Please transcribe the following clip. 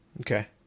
Okay